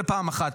זה, פעם אחת.